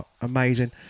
amazing